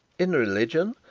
in religion,